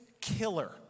killer